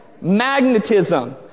Magnetism